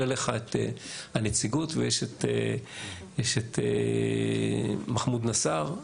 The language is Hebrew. עליך את הנציגות יש את מחמוד נסאר,